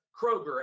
Kroger